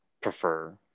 prefer